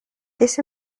this